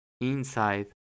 inside